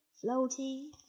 floating